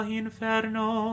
inferno